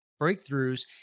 breakthroughs